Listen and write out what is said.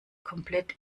komplett